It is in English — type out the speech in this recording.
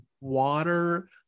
water